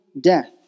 death